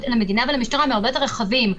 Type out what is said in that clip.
למדינה ולמשטרה הם הרבה יותר רחבים.